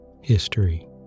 History